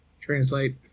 translate